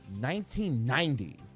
1990